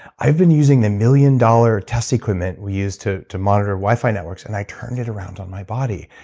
i've been using the million-dollar test equipment we use to to monitor wi-fi networks and i turned it around on my body.